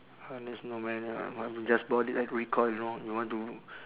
uh it's no man uh just bought it at recoil you know you want to